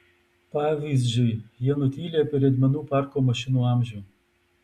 pavyzdžiui jie nutyli apie riedmenų parko mašinų amžių